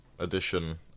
Edition